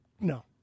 No